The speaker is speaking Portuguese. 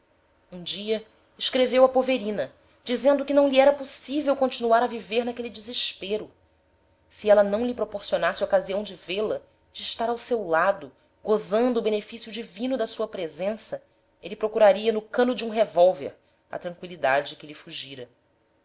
um dia escreveu a poverina dizendo que não lhe era possível continuar a viver naquele desespero se ela não lhe proporcionasse ocasião de vê-la de estar ao seu lado gozando o benefício divino da sua presença ele procuraria no cano de um revólver a tranqüilidade que lhe fugira